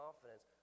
confidence